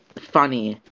funny